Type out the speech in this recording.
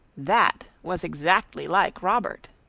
that was exactly like robert,